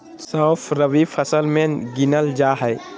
सौंफ रबी फसल मे गिनल जा हय